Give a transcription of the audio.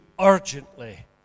urgently